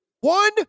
One